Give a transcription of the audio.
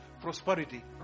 prosperity